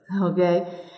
okay